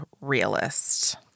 realist